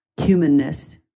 humanness